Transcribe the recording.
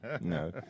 No